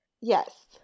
Yes